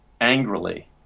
angrily